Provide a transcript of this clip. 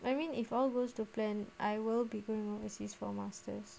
I mean if all goes to plan I will be going overseas for masters